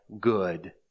good